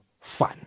fun